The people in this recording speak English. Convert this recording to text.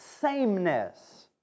sameness